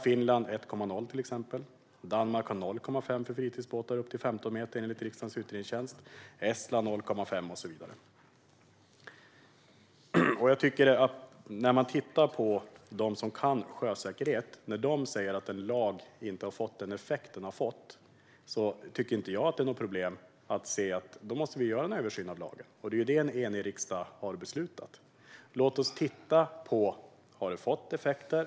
Finland har 1,0, Danmark har 0,5 för fritidsbåtar upp till 15 meter och Estland har 0,5, enligt riksdagens utredningstjänst. När de som kan sjösäkerhet säger att en lag inte har fått den effekt den skulle få tycker jag inte att det är ett problem att göra en översyn av lagen. Det har en enig riksdag beslutat. Låt oss titta på om lagen har fått effekter.